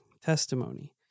testimony